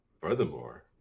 Furthermore